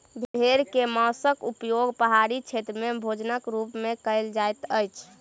भेड़ के मौंसक उपयोग पहाड़ी क्षेत्र में भोजनक रूप में कयल जाइत अछि